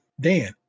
Dan